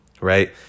right